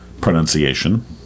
pronunciation